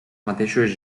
mateixos